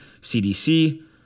CDC